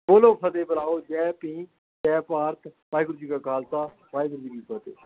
ਬੋਲੋ ਫਤਿਹ ਬੁਲਾਓ ਜੈ ਭੀਮ ਜੈ ਭਾਰਤ ਵਾਹਿਗੁਰੂ ਜੀ ਕਾ ਖਾਲਸਾ ਵਾਹਿਗੁਰੂ ਜੀ ਕੀ ਫਤਿਹ